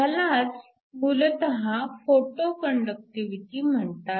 ह्यालाच मूलतः photo conductivity म्हणतात